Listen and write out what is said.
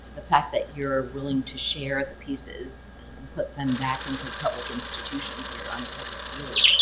the fact that you're willing to share the pieces and put them back into public institutions or on public view,